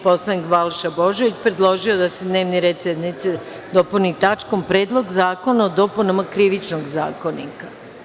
Narodni poslanik Balša Božović predložio je da se dnevni red sednice dopuni tačkom – Predlog zakona o dopunama Krivičnog zakonika.